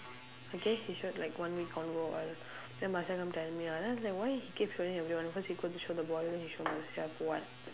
okay he showed like one week convo all then marcia come tell me ah then I was like why he keep showing everyone cause he go to show the boy then he show marcia for what